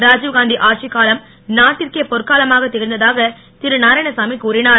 ராஜீவ்காந்தி ஆட்சிக்காலம் நாட்டிற்கே பொற்காலமாகத் திகழ்ந்ததாக திரு நாராயணசாமி கூறினார்